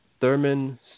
Thurman